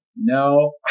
No